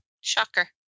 Shocker